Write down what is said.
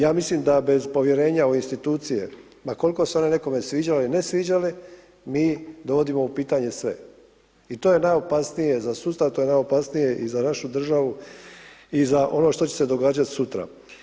Ja mislim da bez povjerenja u institucije, ma koliko se one nekome sviđale ili ne sviđale, mi dovodimo u pitanje sve i to je najopasnije za sustav, to je najopasnije i za našu državu i za ono što će se događati sutra.